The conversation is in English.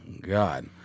God